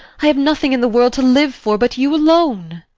i have nothing in the world to live for but you alone.